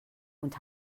und